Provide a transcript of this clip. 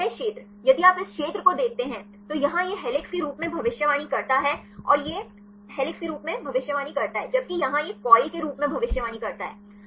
और यह क्षेत्र यदि आप इस क्षेत्र को देखते हैं तो यहां यह हेलिक्स के रूप में भविष्यवाणी करता है और यह हेलिक्स के रूप में भविष्यवाणी करता है जब की यहाँ यह कोइल के रूप में भविष्यवाणी करता है